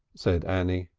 said annie.